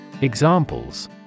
Examples